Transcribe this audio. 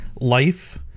life